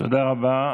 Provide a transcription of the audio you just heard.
תודה רבה.